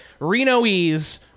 Renoese